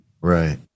Right